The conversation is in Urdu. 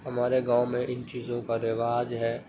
ہمارے گاؤں میں ان چیزوں کا رواج ہے